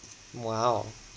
!wow!